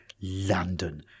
London